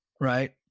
right